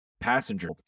passenger